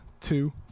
two